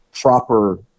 proper